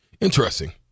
Interesting